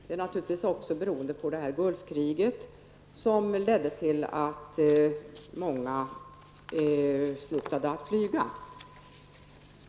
Den är naturligtvis också beroende av Gulfkriget, som ledde till att många slutade att flyga.